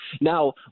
Now